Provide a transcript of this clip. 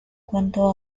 cuanto